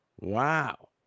Wow